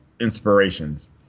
inspirations